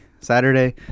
Saturday